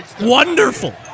Wonderful